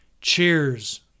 Cheers